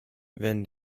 wenn